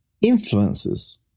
influences